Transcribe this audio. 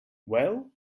well